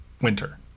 Winter